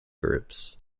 groups